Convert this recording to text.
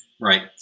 right